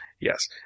Yes